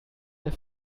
der